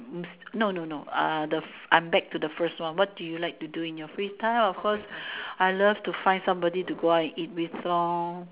no no no uh the I'm back to the first one what do you like to do in your free time of course I like to find somebody to go out and eat with lor